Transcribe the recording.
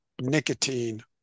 nicotine